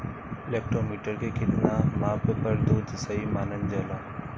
Lactometer के कितना माप पर दुध सही मानन जाला?